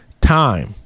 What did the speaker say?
time